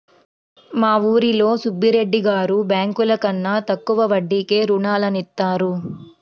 మా ఊరిలో సుబ్బిరెడ్డి గారు బ్యేంకుల కన్నా తక్కువ వడ్డీకే రుణాలనిత్తారు